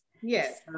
Yes